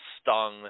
stung